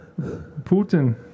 Putin